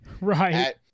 right